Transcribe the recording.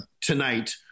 tonight